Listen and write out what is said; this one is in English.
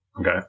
Okay